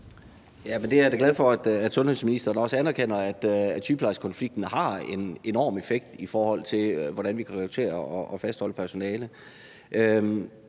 Jeg er da glad for, at sundhedsministeren også anerkender, at sygeplejerskekonflikten har haft en enorm effekt, i forhold til hvordan vi kan prioritere at fastholde personale.